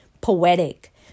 poetic